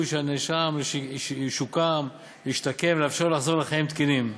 שהנאשם ישוקם וישתקם ולאפשר לו לחזור לחיים תקינים.